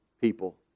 people